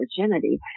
virginity